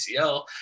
ACL